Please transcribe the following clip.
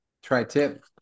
Tri-tip